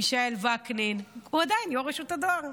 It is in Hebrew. מישאל וקנין הוא עדיין יושב-ראש רשות הדואר.